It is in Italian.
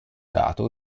dato